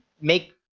make